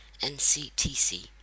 NCTC